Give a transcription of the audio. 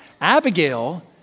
Abigail